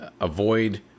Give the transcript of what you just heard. avoid